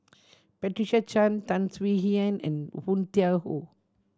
Patricia Chan Tan Swie Hian and Woon Tai Ho